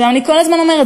אני כל הזמן אומרת,